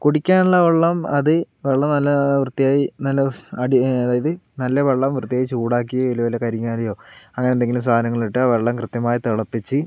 കുടിക്കാനുള്ള വെള്ളം അത് വെള്ളം നല്ല വൃത്തിയായി നല്ല അടി അതായത് നല്ല വെള്ളം വൃത്തിയായി ചൂടാക്കി അല്ലെങ്കിൽ വല്ല കരിങ്ങാലിയോ അങ്ങനെന്തെങ്കിലും സാധനങ്ങൾ ഇട്ടു വെള്ളം കൃത്യമായി തിളപ്പിച്ച്